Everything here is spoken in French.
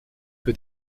que